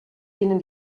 denen